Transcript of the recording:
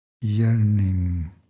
yearning